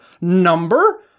Number